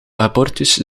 abortus